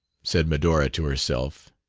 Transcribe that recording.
said medora to herself,